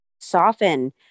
soften